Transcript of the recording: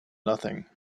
nothing